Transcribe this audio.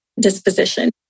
disposition